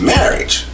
Marriage